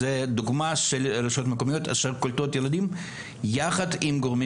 אלה דוגמאות לרשויות מקומיות שקולטות ילדים יחד עם גורמים